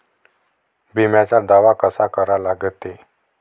बिम्याचा दावा कसा करा लागते?